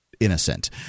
Innocent